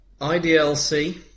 IDLC